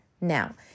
Now